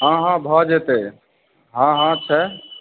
हँ हँ भऽ जेतै हँ हँ छै